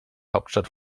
hauptstadt